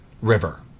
river